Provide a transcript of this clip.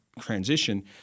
transition